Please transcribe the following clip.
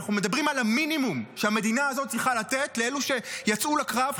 אנחנו מדברים על המינימום שהמדינה הזאת צריכה לתת לאלו שיצאו לקרב,